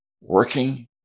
working